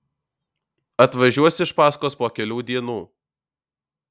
atvažiuos iš paskos po kelių dienų